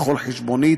בכל חשבונית,